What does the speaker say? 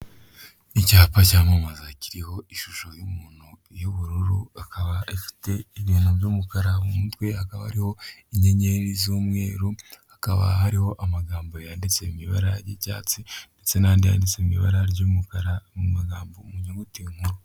Icyapa cyamamaza kiriho ishusho y'umuntu y'ubururu akaba afite ibintu, by'umukara mu mutwe hakaba hariho inyenyeri z'umweru, hakaba hariho amagambo yanditse mu ibara ry'icyatsi, ndetse n'andi yanditsemo ibara ry'umukara mu magambo mu nyuguti nkuru.